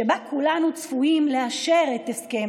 שבו כולנו צפויים לאשר את הסכם